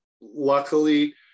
luckily